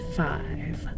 five